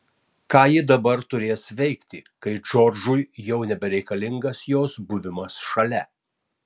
ką ji dabar turės veikti kai džordžui jau nebereikalingas jos buvimas šalia